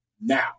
now